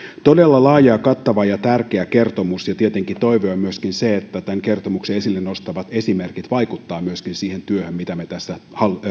todella laaja kattava ja tärkeä kertomus ja tietenkin toive on myöskin siitä että tämän kertomuksen esille nostamat esimerkit myöskin vaikuttavat siihen työhön mitä me tässä